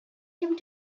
him